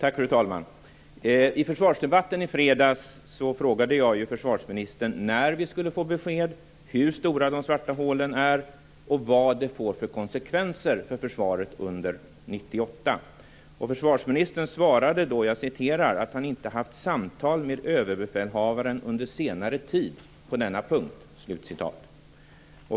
Fru talman! I försvarsdebatten i fredags frågade jag försvarsministern när vi skulle få besked, hur stora de svarta hålen är och vad de får för konsekvenser för försvaret under 1998. Försvarsministern svarade då att han "inte haft samtal med överbefälhavaren under senare tid på denna punkt".